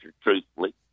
truthfully